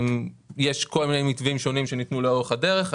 יש כל מיני מתווים שונים שניתנו לאורך הדרך.